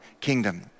kingdom